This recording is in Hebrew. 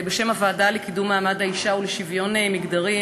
בשם הוועדה לקידום מעמד האישה ולשוויון מגדרי,